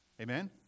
Amen